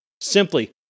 Simply